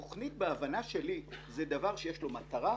תוכנית בהבנה שלי היא דבר שיש לו מטרה,